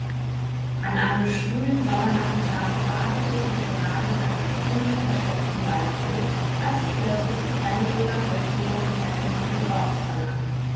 an einem schwülen sommernachmittage badete ich mich gerade in einem kühlen versteckten waldsee als ich plötzlich das kleine silberglöckchen der prinzessin vom ufer aus vernahm